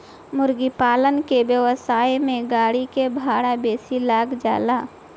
मुर्गीपालन के व्यवसाय में गाड़ी के भाड़ा बेसी लाग जाला